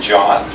John